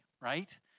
right